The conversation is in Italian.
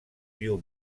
più